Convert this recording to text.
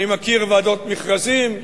אני מכיר ועדות מכרזים,